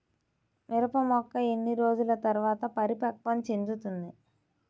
మిరప మొక్క ఎన్ని రోజుల తర్వాత పరిపక్వం చెందుతుంది?